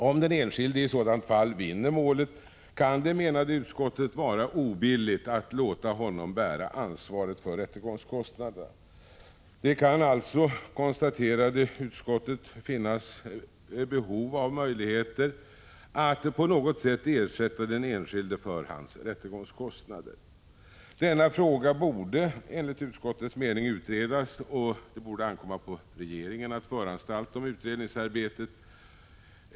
Om den enskilde i ett sådant fall vinner målet, kan det, menade utskottet, vara obilligt att låta honom bära ansvaret för rättegångskostnaderna. Det kan alltså, konstaterade utskottet, finnas behov av möjligheter att på något sätt ersätta den enskilde för hans rättegångskostnader. Denna fråga borde enligt utskottets mening utredas, och det borde ankomma på regeringen att föranstalta om utredningsarbetet.